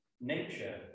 nature